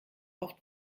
oft